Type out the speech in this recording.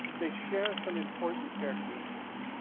they share some important characteristics.